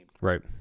Right